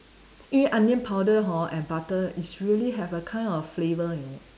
eh onion powder hor and butter is really have a kind of flavour you know